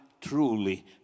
truly